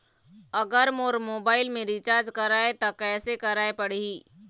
अगर मोर मोबाइल मे रिचार्ज कराए त कैसे कराए पड़ही?